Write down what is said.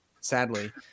sadly –